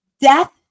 Death